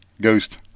Ghost